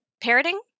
Parroting